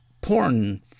porn